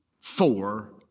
four